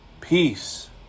peace